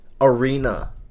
Arena